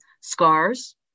scars